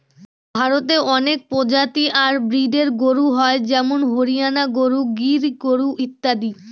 ভারতে অনেক প্রজাতি আর ব্রিডের গরু হয় যেমন হরিয়ানা গরু, গির গরু ইত্যাদি